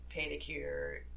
pedicure